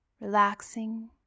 relaxing